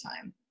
time